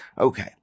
Okay